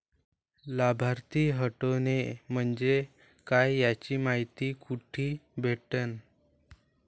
लाभार्थी हटोने म्हंजे काय याची मायती कुठी भेटन?